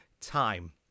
time